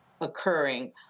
occurring